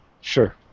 Sure